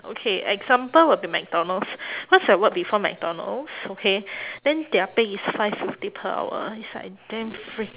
okay example will be mcdonald's cause I work before mcdonald's okay then their pay is five fifty per hour it's like damn free